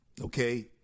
Okay